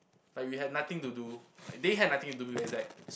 like we had nothing to do they had nothing to do to be exact